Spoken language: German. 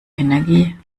energie